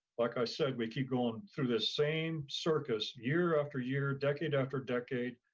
like i said, we keep going through this same circus, year after year, decade after decade,